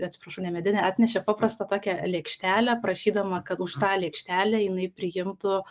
atsiprašau ne medinę atnešė paprastą tokią lėkštelę prašydama kad už tą lėkštelę jinai priimtų